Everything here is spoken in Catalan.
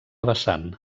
vessant